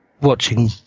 Watching